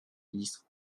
ministre